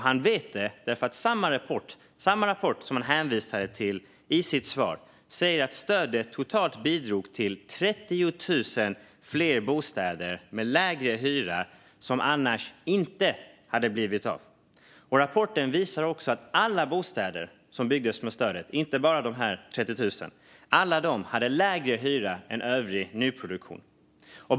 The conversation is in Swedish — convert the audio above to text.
Han vet det därför att samma rapport som han hänvisade till i sitt svar säger att stödet totalt bidrog till 30 000 fler bostäder med lägre hyra som annars inte hade blivit av. Rapporten visar också att alla bostäder som byggdes med stödet, inte bara de 30 000, hade lägre hyra än övrig nyproduktion.